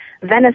Venice